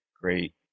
great